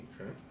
Okay